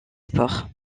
sports